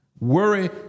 Worry